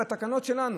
בתקנות שלנו.